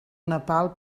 nepal